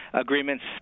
agreements